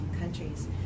countries